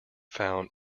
found